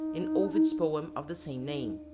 in ovid's poem of the same name.